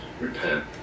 repent